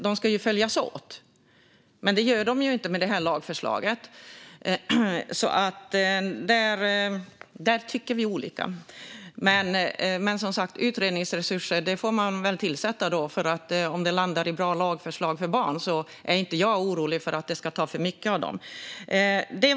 De ska ju följas åt, men det gör de inte med detta lagförslag. Där tycker vi olika. Utredningsresurser får man väl tillsätta. Om det landar i bra lagförslag för barn är jag inte orolig för att det ska ta för mycket resurser.